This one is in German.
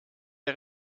der